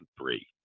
three